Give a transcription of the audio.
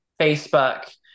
Facebook